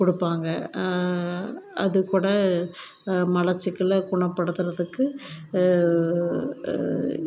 கொடுப்பாங்க அதுக்கூட மலச்சிக்கலை குணப்படுத்துறதுக்கு